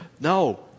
no